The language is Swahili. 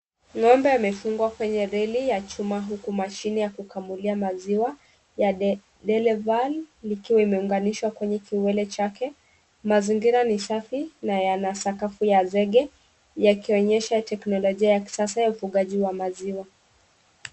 Ng'ombe amevungwa kwenye reli ya chuma huku mashine ya kukamulia maziwa ya deleval ikiwa imeunganishwa kwenye kiwele chake, mazingira ni safi na yanasakafu ya zenge, yakionyesha teknologia ya kisasa ya ufungaji wa maziwa.